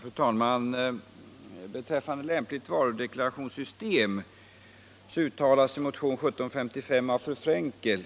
Fru talman! Beträffande lämpligt varudeklarationssystem uttalas i motion 1755 av fru Frenkel